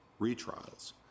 retrials